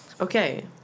Okay